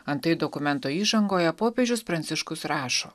antai dokumento įžangoje popiežius pranciškus rašo